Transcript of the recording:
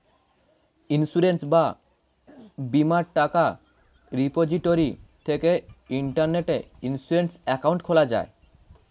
insurance বা বীমার টাকা রিপোজিটরি থেকে ইন্টারনেটে ইন্সুরেন্স অ্যাকাউন্ট খোলা যায়